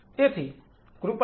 તેથી કૃપા કરીને